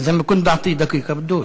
(אומר מילים בשפה הערבית)